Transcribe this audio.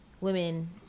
women